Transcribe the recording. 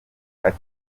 ati